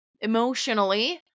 emotionally